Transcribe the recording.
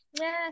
Yes